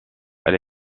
elle